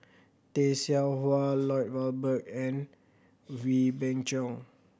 Tay Seow Huah Lloyd Valberg and Wee Beng Chong